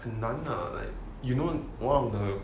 很难 lah like you know one of the